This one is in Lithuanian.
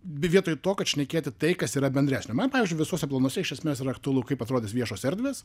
vietoj to kad šnekėti tai kas yra bendresnio man pavyzdžiui visuose planuose iš esmės ir aktualu kaip atrodys viešos erdvės